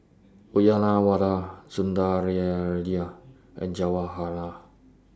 Uyyalawada Sundaraiah and Jawaharlal